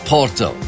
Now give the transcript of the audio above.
Porto